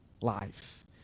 life